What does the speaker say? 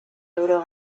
euro